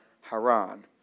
Haran